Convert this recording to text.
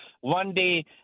one-day